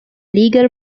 legal